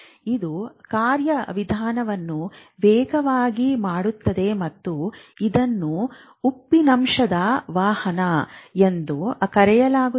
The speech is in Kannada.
ಇದು ಕಾರ್ಯವಿಧಾನವನ್ನು ವೇಗವಾಗಿ ಮಾಡುತ್ತದೆ ಮತ್ತು ಇದನ್ನು ಉಪ್ಪಿನಂಶದ ವಹನ ಎಂದು ಕರೆಯಲಾಗುತ್ತದೆ